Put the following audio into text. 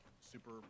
super